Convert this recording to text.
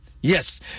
Yes